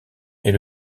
est